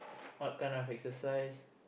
what kind of exercise